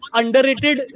underrated